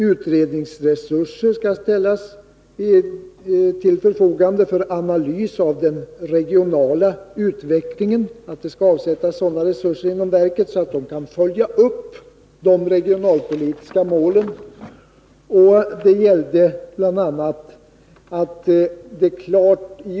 Utredningsresurser skall ställas till förfogande för analys av den regionala utvecklingen så att verket kan följa upp de regionalpolitiska målen. 4.